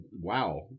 wow